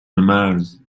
مرز